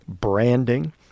branding